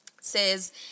says